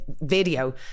video